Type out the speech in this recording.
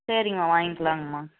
சரிங்மா வாய்ங்கிலாங்கமா